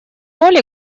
роль